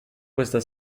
questa